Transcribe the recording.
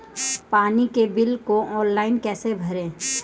पानी के बिल को ऑनलाइन कैसे भरें?